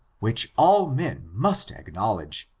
which all men must acknowledge,